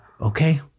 okay